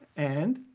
and?